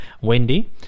Wendy